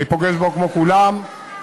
אני פוגש בו כמו כולם מחוץ למשרד.